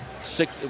six